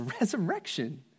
resurrection